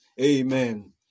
Amen